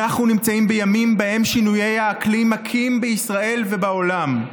אנחנו נמצאים בימים שבהם שינויי האקלים מכים בישראל ובעולם.